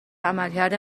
عملکرد